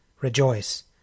Rejoice